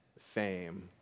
fame